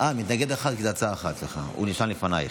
כבוד היושב-ראש,